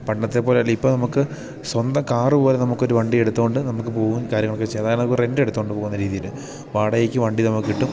പണ്ടത്തെ പോലെയല്ലിപ്പോൾ നമുക്ക് സ്വന്തം കാറുപോലെ നമുക്കൊരു വണ്ടി എടുത്തുകൊണ്ട് നമുക്ക് പോകും കാര്യങ്ങളൊക്കെ ചെയ്യാൻ അതാണിപ്പോൾ റെൻ്റിനെടുത്തുകൊണ്ട് പോകുന്ന രീതിയിൽ വാടകയ്ക്ക് വണ്ടി നമുക്ക് കിട്ടും